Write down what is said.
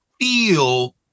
feel